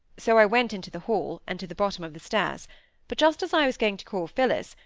so i went into the hall, and to the bottom of the stairs but just as i was going to call phillis,